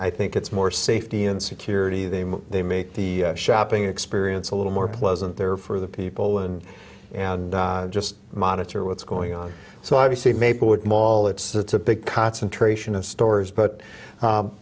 i think it's more safety and security they move they make the shopping experience a little more pleasant there for the people and and just monitor what's going on so obviously maplewood mall it's a big concentration of stores but